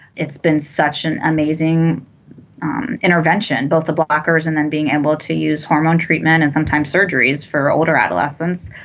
it's been such an amazing intervention both the blockers and then being able to use hormone treatment and sometimes surgeries for older adolescents